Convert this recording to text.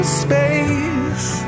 space